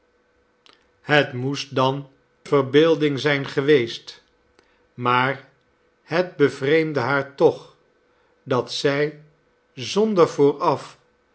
het moest dan verbeelding zijn geweest maar het bevreemdde haar toch dat zij zonder vooraf